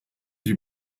die